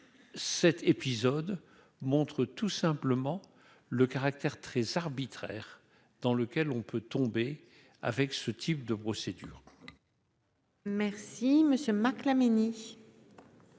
cet épisode montre tout simplement le caractère très arbitraire dans lequel on peut tomber avec ce type de procédure. Merci monsieur